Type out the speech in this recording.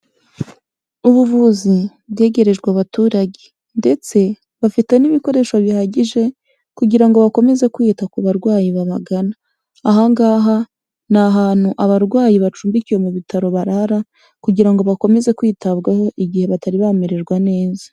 Ubuvuzi bwegerejwe abaturage ndetse bafite n'ibikoresho bihagije kugira ngo bakomeze kwita ku barwayi babagana, aha ngaha ni ahantu abarwayi bacumbikiwe mu bitaro barara kugira ngo bakomeze kwitabwaho igihe batari bamererwa neza.